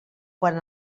quan